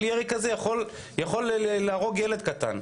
כל ירי כזה יכול להרוג ילד קטן.